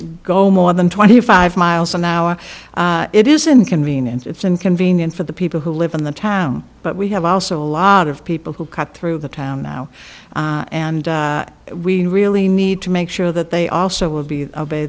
go more than twenty five miles an hour it is an inconvenience it's inconvenient for the people who live in the town but we have also a lot of people who cut through the town now and we really need to make sure that they also will be